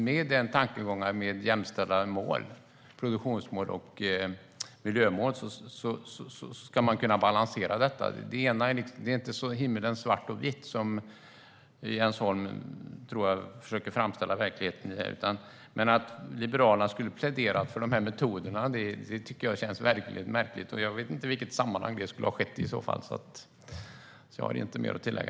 Med tankegången med jämställda produktionsmål och miljömål ska man kunna balansera detta. Det är inte så himmelens svart eller vitt som Jens Holm försöker framställa det som. Att Liberalerna skulle ha pläderat för de här metoderna tycker jag känns märkligt, och jag vet inte i vilket sammanhang det skulle ha skett. Jag har inte mer att tillägga.